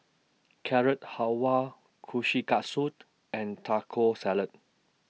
Carrot Halwa Kushikatsu and Taco Salad